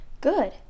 Good